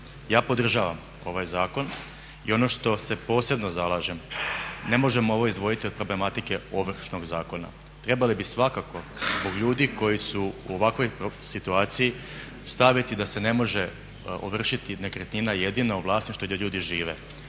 Ja podržavam ovaj zakon i ono što se posebno zalažem, ne možemo ovo izdvojiti od problematike Ovršnog zakona. Trebali bi svakako zbog ljudi koji su u ovakvoj situaciji staviti da se ne može ovršiti nekretnina jedina u vlasništvu i gdje ljudi žive.